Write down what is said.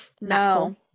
No